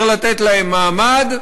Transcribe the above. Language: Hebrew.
צריך לתת להם מעמד,